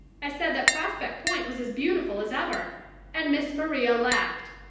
i said that prospect point was as beautiful as ever and miss maria laughed.